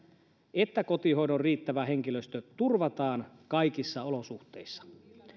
että kotihoidon riittävä henkilöstö turvataan kaikissa olosuhteissa